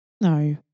No